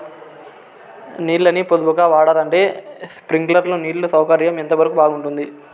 నీళ్ళ ని పొదుపుగా వాడాలంటే స్ప్రింక్లర్లు నీళ్లు సౌకర్యం ఎంతవరకు బాగుంటుంది?